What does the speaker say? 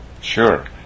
Sure